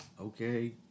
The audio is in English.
okay